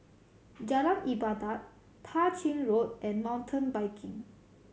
Jalan Ibadat Tah Ching Road and Mountain Biking